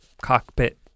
cockpit